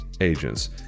agents